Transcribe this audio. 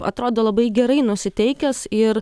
atrodo labai gerai nusiteikęs ir